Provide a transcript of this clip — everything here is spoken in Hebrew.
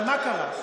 אבל מה קרה?